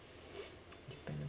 depend on